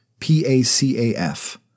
PACAF